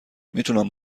میتونم